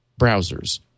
browsers